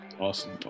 Awesome